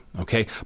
okay